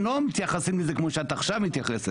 לא מתייחסים לזה כמו שאת עכשיו מתייחסת.